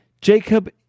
Jacob